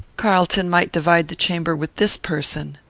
carlton might divide the chamber with this person.